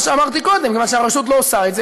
מה שאמרתי קודם: כיוון שהרשות לא עושה את זה,